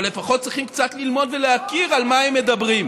אבל הם לפחות צריכים קצת ללמוד ולהכיר על מה הם מדברים.